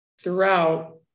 throughout